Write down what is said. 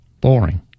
boring